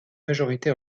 majorité